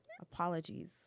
Apologies